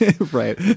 Right